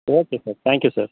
okay sir thank you sir